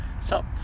Sup